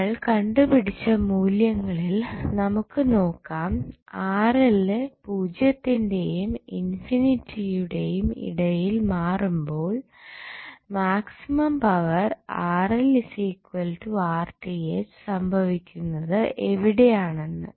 നമ്മൾ കണ്ടുപിടിച്ച മൂല്യങ്ങളിൽ നമുക്ക് നോക്കാം പൂജ്യത്തിന്റെയും ഇൻഫിനിറ്റിയുടെയും ഇടയിൽ മാറുമ്പോൾ മാക്സിമം പവർ സംഭവിക്കുന്നത് എവിടെ ആണെന്ന്